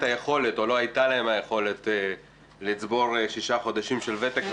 היכולת או לא הייתה להם את היכולת לצבור שישה חודשים של ותק,